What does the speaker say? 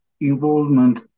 involvement